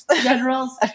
Generals